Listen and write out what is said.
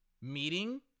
meeting